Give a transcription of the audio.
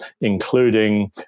including